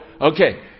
Okay